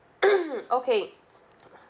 okay